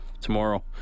tomorrow